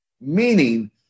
meaning